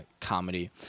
comedy